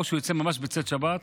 או שהוא יצא ממש בצאת שבת,